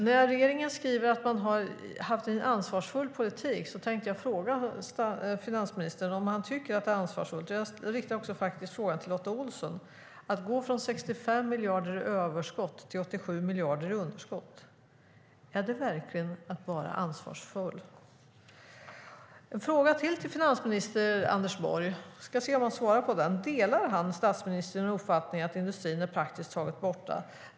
När regeringen skriver att man har haft ansvarsfull politik tänkte jag fråga finansministern om han tycker att det är ansvarsfullt, och jag riktar också frågan till Lotta Olsson, att gå från 65 miljarder i överskott till 87 miljarder i underskott. Är det verkligen att vara ansvarsfull? Jag har en fråga till. Vi ska se om han svarar på den. Delar han statsministerns uppfattning om att industrin är praktiskt taget borta?